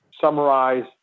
summarize